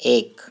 एक